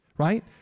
right